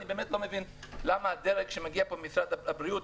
אני באמת לא מבין למה הדרג שמגיע ממשרד הבריאות,